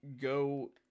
go